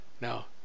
Now